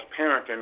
parenting